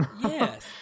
Yes